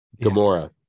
gamora